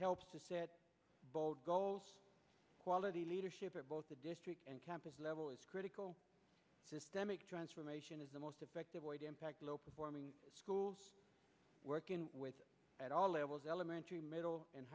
helps to set bold goals quality leadership at both the district and campus level is critical systemic transformation is the most effective way to impact low performing schools working with at all levels elementary middle and